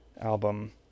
album